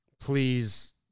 please